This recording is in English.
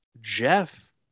Jeff